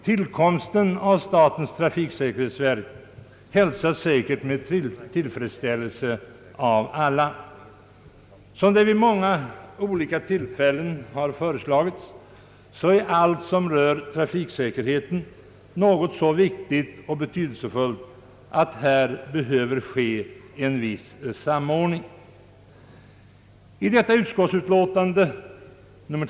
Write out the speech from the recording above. Tillkomsten av statens trafiksäkerhetsverk hälsas säkert med tillfredsställelse av alla. Allt som rör trafiksäkerheten är som vid många tillfällen har framhållits av så stor vikt och betydelse att en viss samordning behöver ske på detta område.